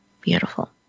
Beautiful